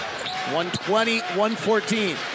120-114